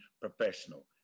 professional